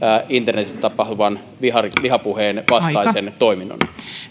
internetissä tapahtuvan vihapuheen vihapuheen vastaisen toiminnon